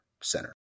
center